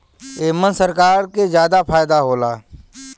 एमन सरकार के जादा फायदा होला